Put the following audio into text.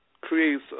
creates